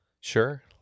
Sure